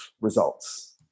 results